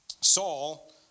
Saul